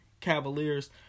cavaliers